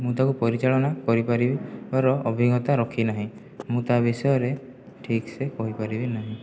ମୁଁ ତାକୁ ପରିଚାଳନା କରିପାରିବାର ଅଭିଜ୍ଞତା ରଖିନାହିଁ ମୁଁ ତା' ବିଷୟରେ ଠିକ୍ସେ କହିପାରିବି ନାହିଁ